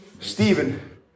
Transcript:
Stephen